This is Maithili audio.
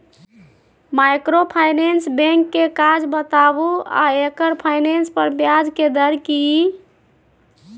माइक्रोफाइनेंस बैंक के काज बताबू आ एकर फाइनेंस पर ब्याज के दर की इ?